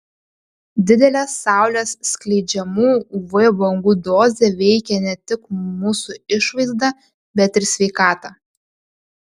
didelė saulės skleidžiamų uv bangų dozė veikia ne tik mūsų išvaizdą bet ir sveikatą